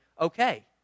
okay